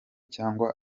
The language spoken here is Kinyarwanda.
cyangwa